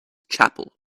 chapel